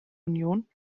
union